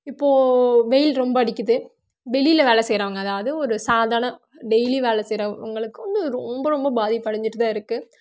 இப்போ வெயில் ரொம்ப அடிக்குது வெளியில் வேலை செய்கிறவங்க அதாவது ஒரு சாதாரண டெய்லியும் வேலை செய்கிறவங்களுக்கு வந்து ரொம்ப ரொம்ப பாதிப்பு அடைஞ்சிட்டுதான் இருக்குது